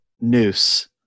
noose